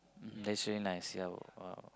that's really nice ya !wow!